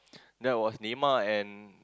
that was Neymar and